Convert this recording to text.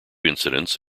incidence